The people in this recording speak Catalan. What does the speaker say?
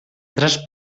tres